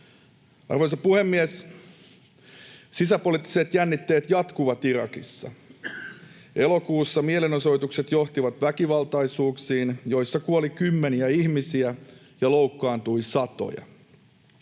Arvoisa puhemies! Sisäpoliittiset jännitteet jatkuvat Irakissa. Elokuussa mielenosoitukset johtivat väkivaltaisuuksiin, joissa kuoli kymmeniä ihmisiä ja loukkaantui satoja.